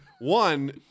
One